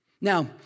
Now